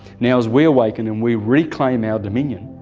now as we awaken and we reclaim our dominion,